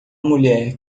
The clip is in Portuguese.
mulher